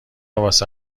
واسه